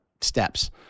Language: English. steps